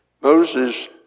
Moses